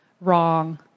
wrong